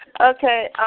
Okay